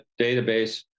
database